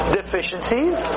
deficiencies